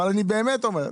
אבל אני באמת אומר,